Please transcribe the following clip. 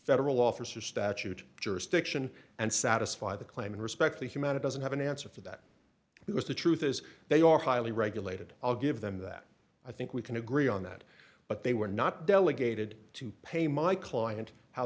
federal officer statute jurisdiction and satisfy the claim in respect to humana doesn't have an answer for that because the truth is they are highly regulated i'll give them that i think we can agree on that but they were not delegated to pay my client how